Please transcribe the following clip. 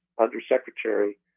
undersecretary